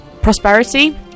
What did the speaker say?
prosperity